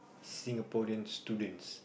Singaporeans students